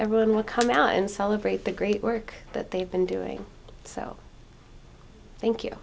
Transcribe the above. everyone will come out and celebrate the great work that they've been doing so thank you